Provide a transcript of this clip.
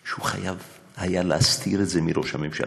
שהוא היה חייב להסתיר את זה מראש הממשלה,